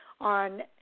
on